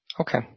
Okay